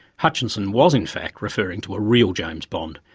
hutchinson was in fact referring to a real james bond,